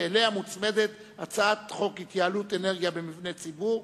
ואליה מוצמדת הצעת חוק התייעלות אנרגיה במבני ציבור,